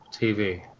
TV